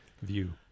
view